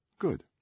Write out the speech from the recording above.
Good